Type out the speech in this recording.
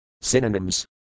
Synonyms